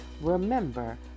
Remember